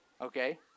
Okay